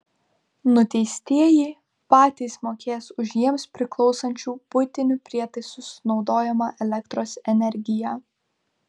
nuteistieji patys mokės už jiems priklausančių buitinių prietaisų sunaudojamą elektros energiją